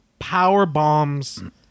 powerbombs